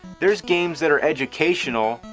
there are games that are educational,